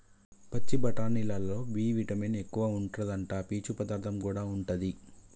పచ్చి బఠానీలల్లో B vitamin ఎక్కువుంటాదట, పీచు పదార్థం కూడా ఉంటది